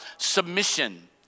submission